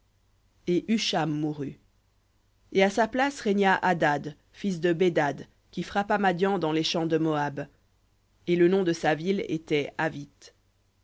et husham mourut et à sa place régna hadad fils de bedad qui frappa madian dans les champs de moab et le nom de sa ville était avith